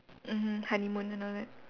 mmhmm honeymoon and all that